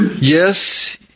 Yes